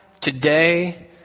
today